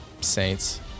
Saints